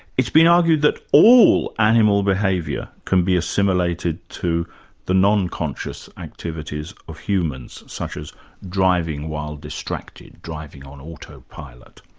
it's been argued that all animal behaviour can be assimilated to the non-conscious activities of humans, such as driving while distracted, driving on auto-pilot.